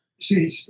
See